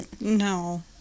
no